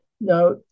Now